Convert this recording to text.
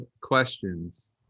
questions